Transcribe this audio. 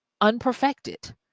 unperfected